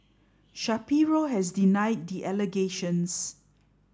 Shapiro has denied the allegations